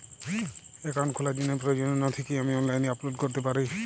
Account খোলার জন্য প্রয়োজনীয় নথি কি আমি অনলাইনে আপলোড করতে পারি?